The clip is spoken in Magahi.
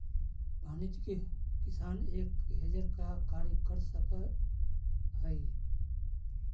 वाणिज्यिक किसान एक हेजर का कार्य कर सकअ हई